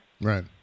Right